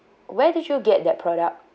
where did you get that product